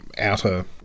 outer